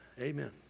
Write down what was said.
Amen